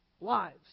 lives